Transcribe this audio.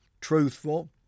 truthful